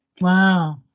wow